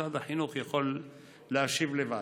משרד החינוך יכול להשיב לבד.